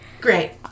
great